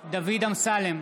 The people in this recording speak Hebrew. דוד אמסלם,